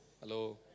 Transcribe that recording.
Hello